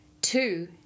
two